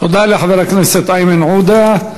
תודה לחבר הכנסת איימן עודה.